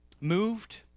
moved